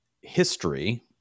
history